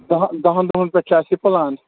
دَہ دَہَن دۄہَن پٮ۪ٹھ چھِ اَسہِ یہِ پٕلان